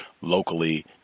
locally